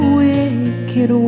wicked